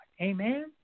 Amen